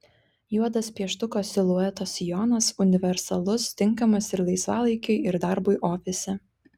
juodas pieštuko silueto sijonas universalus tinkamas ir laisvalaikiui ir darbui ofise